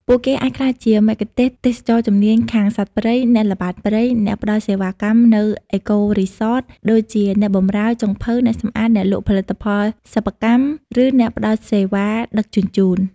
ពួកគេអាចក្លាយជាមគ្គុទ្ទេសក៍ទេសចរណ៍ជំនាញខាងសត្វព្រៃ អ្នកល្បាតព្រៃ អ្នកផ្តល់សេវាកម្មនៅ អេកូរីសត ដូចជាអ្នកបម្រើ ចុងភៅ អ្នកសម្អាត អ្នកលក់ផលិតផលសិប្បកម្ម ឬអ្នកផ្តល់សេវាដឹកជញ្ជូន។